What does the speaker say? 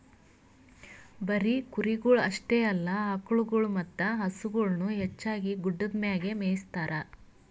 ಬರೀ ಕುರಿಗೊಳ್ ಅಷ್ಟೆ ಅಲ್ಲಾ ಆಕುಳಗೊಳ್ ಮತ್ತ ಹಸುಗೊಳನು ಹೆಚ್ಚಾಗಿ ಗುಡ್ಡದ್ ಮ್ಯಾಗೆ ಮೇಯಿಸ್ತಾರ